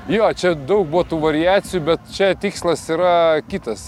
jo čia daug buvo tų variacijų bet čia tikslas yra kitas